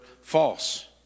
false